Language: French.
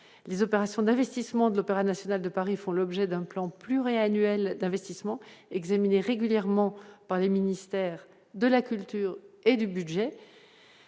les opérations d'investissement de l'Opéra national de Paris font l'objet d'un plan pluriannuel d'investissement examiner régulièrement par les ministères de la culture et du budget,